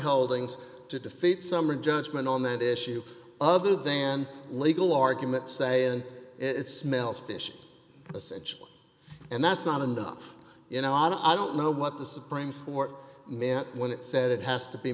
holdings to defeat summary judgment on that issue other than legal argument say and it smells fishy and that's not and up you know i don't i don't know what the supreme court when it said it has to be